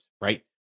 right